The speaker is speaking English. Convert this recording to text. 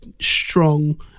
strong